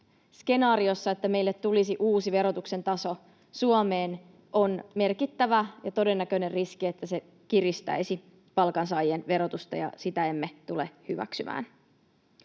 skenaariossa, että meille tulisi uusi verotuksen taso Suomeen, on merkittävä ja todennäköinen riski, että se kiristäisi palkansaajien verotusta, ja sitä emme tule hyväksymään.